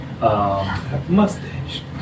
Mustache